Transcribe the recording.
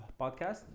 podcast